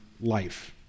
life